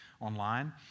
online